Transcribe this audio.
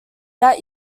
that